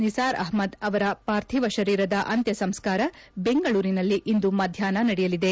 ನಿಸಾರ್ ಅಹಮದ್ ಅವರ ಪಾರ್ಥಿವ ಶರೀರದ ಅಂತ್ಯ ಸಂಸ್ಕಾರ ಬೆಂಗಳೂರಿನಲ್ಲಿ ಇಂದು ಮಧ್ಯಾಷ್ನ ನಡೆಯಲಿದೆ